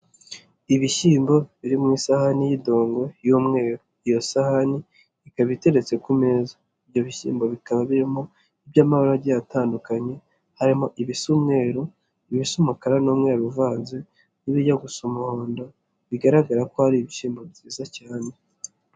Ibishyimbo biri mu isahani y'idongo y'umweru. Iyo sahani ikaba iteretse ku meza. Ibyo bishyimbo bikaba birimo iby'amabara agiye atandukanye. Harimo ibisa umweru, ibisa umakara n'umweru uvanze n'ibijya gusa umuhondo. Bigaragara ko ari ibishyimbo byiza cyane.